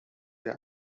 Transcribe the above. der